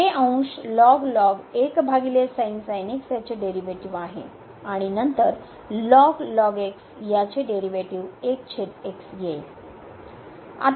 तर हे याचे डेरीवेटीव आहे आणि नंतर याचे डेरीवे टीव येईल